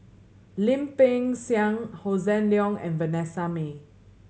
Lim Peng Siang Hossan Leong and Vanessa Mae